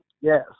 Yes